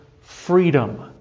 freedom